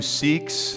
seeks